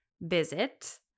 visit